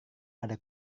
ada